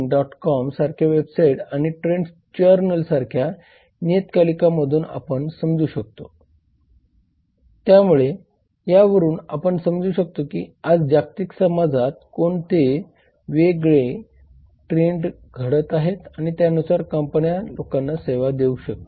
tax holiday करणे विशिष्ट उद्योगात सुरक्षा मानके ठरविणे कायदे बनविणे किमान श्रम वेतन ठरविणे आणि उपलब्ध असणारे पोलीस दल बघणे तर हे सर्व कायदे आणि नियमांचे भाग आहेत जे पास झालेल्या किंवा प्रभावी असलेल्या बिलांचा संदर्भ देतात